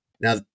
now